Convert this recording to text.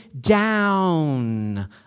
down